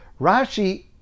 Rashi